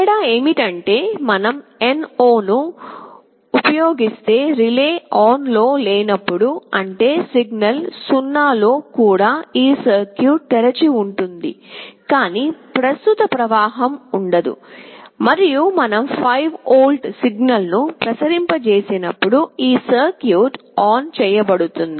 తేడా ఏమిటంటే మనం NO ను ఉపయోగిస్తే రిలే ఆన్లో లేనప్పుడు అంటే సిగ్నల్ 0 లో కూడా ఈ సర్క్యూట్ తెరిచి ఉంటుంది కానీ ప్రస్తుత ప్రవాహం ఉండదుమరియు మనం 5 వోల్ట్ల సిగ్నల్ను ప్రసరింపజెసినపుడు ఈ సర్క్యూట్ ఆన్ చేయబడుతుంది